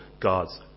God's